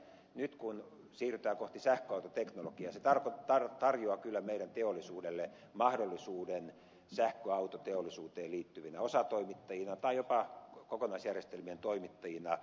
nyt kun siirrytään kohti sähköautoteknologiaa se tarjoaa kyllä meidän teollisuudelle mahdollisuuden sähköautoteollisuuteen liittyvinä osatoimittajina tai jopa kokonaisjärjestelmien toimittajina